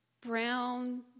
brown